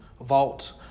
vault